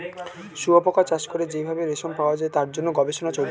শুয়োপোকা চাষ করে যেই ভাবে রেশম পাওয়া যায় তার জন্য গবেষণা চলছে